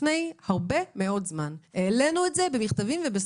לפני הרבה מאוד זמן העלינו את זה במכתבים ובשיחות.